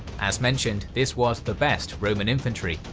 as mentioned, this was the best roman infantry,